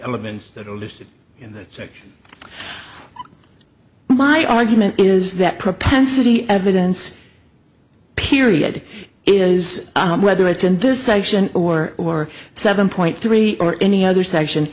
elements that are listed in that section my argument is that propensity evidence period is whether it's in this section or or seven point three or any other section